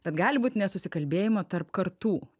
bet gali būt nesusikalbėjimo tarp kartų